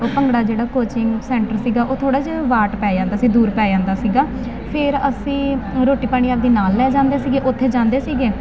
ਭੰਗੜਾ ਜਿਹੜਾ coaching centre ਸੀਗਾ ਉਹ ਥੋੜਾ ਜਿਹਾ ਵਾਟ ਪੈ ਜਾਂਦਾ ਸੀ ਦੂਰ ਪੈ ਜਾਂਦਾ ਸੀਗਾ ਫਿਰ ਅਸੀਂ ਰੋਟੀ ਪਾਣੀ ਆਪਦੀ ਨਾਲ ਲੈ ਜਾਂਦੇ ਸੀਗੇ ਉੱਥੇ ਜਾਂਦੇ ਸੀਗੇ ਤਾਂ ਸਟਾਰਟਿੰਗ ਚ ਤਾਂ ਕੋਚਿੰਗ ਜਿਹੜੇ ਸਰ ਸੀਗੇ ਉਹਨਾਂ ਨੇ ਤਾਂ ਪਹਿਲਾਂ